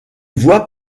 voit